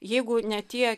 jeigu ne tie